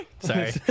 Sorry